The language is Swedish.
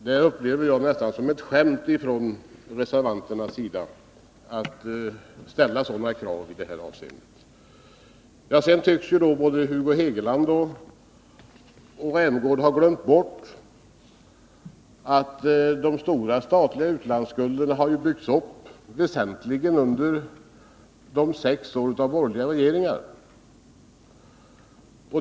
Jag upplever det nästan som ett skämt från reservanternas sida att ställa sådana krav i detta avseende. Både Hugo Hegeland och Rolf Rämgård tycks ha glömt bort att de stora statliga utlandsskulderna har byggts upp väsentligen under de sex åren med borgerliga regeringar.